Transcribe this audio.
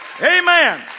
Amen